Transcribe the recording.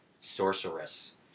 sorceress